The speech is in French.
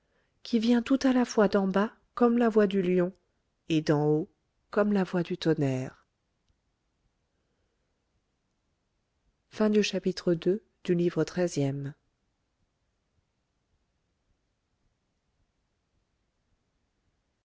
qui vient tout à la fois d'en bas comme la voix du lion et d'en haut comme la voix du tonnerre chapitre iii